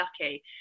lucky